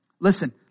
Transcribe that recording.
Listen